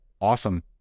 awesome